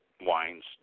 wines